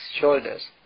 shoulders